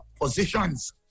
positions